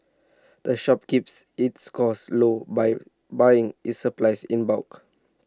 the shop keeps its costs low by buying its supplies in bulk